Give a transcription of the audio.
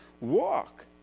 Walk